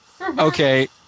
Okay